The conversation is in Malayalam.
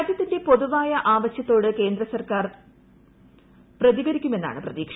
രാജ്യത്തിന്റെ പൊതുവായ ആവശ്യത്തോട് കേന്ദ്ര സർക്കാർ പ്രതികരിക്കുമെന്നാണ് പ്രതീക്ഷ